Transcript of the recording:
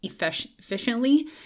efficiently